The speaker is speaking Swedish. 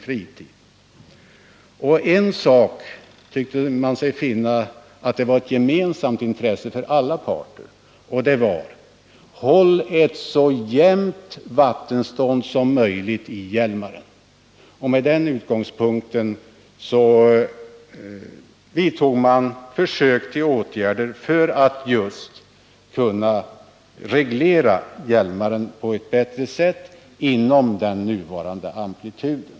Utredningen tyckte sig finna ett gemensamt intresse hos alla parter: Man ville ha ett så jämnt vattenstånd som möjligt i Hjälmaren. Med detta som utgångspunkt har man försökt vidta åtgärder för att just kunna reglera Hjälmaren på ett bättre sätt inom ramen för den nuvarande amplituden.